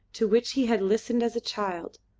to which he had listened as a child,